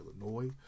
Illinois